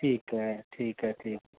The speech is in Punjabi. ਠੀਕ ਹੈ ਠੀਕ ਹੈ ਠੀਕ